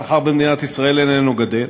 השכר במדינת ישראל איננו גדל.